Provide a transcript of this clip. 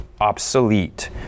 obsolete